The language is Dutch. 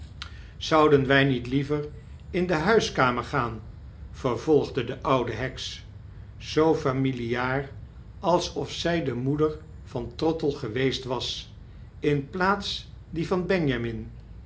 zouden wfl niet liever in de huiskamer gaan p vervolgde de oude heks zoo familiaar alsof zy de moeder van trottle geweest was in plaats die van benjamin